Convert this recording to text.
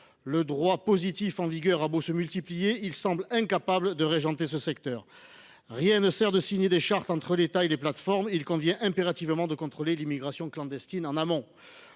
de droit positif en vigueur ont beau se multiplier, elles semblent incapables de réguler ce secteur. Rien ne sert de signer des chartes entre l’État et les plateformes. Il est impératif de contrôler l’immigration clandestine en amont.